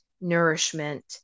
nourishment